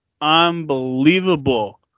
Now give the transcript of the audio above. unbelievable